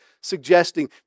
suggesting